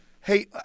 Hey